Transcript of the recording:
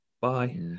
Bye